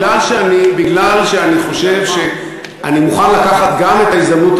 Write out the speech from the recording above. כי אני חושב שאני מוכן לקחת גם את ההזדמנות